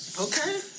Okay